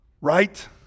Right